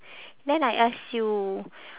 then I ask you